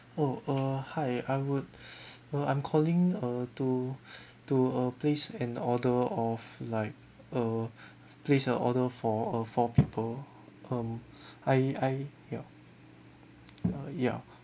oh uh hi I would uh I'm calling uh to to uh place an order of like uh place an order for a four people um I I ya uh ya